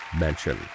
mention